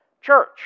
church